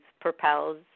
propels